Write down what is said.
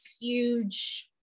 huge